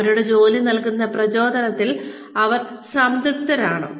അവരുടെ ജോലി നൽകുന്ന പ്രചോദനത്തിൽ അവർ സംതൃപ്തരാണോ